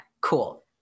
cool